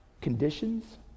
conditions